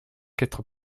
être